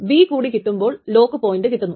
ഇത് പ്രധാനപ്പെട്ട ഒരു പ്രോപ്പർട്ടി ആണ്